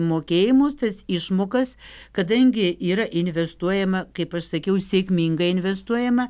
mokėjimus tas išmokas kadangi yra investuojama kaip aš sakiau sėkmingai investuojama